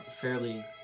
fairly